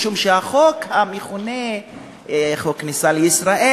משום שהחוק המכונה חוק הכניסה לישראל,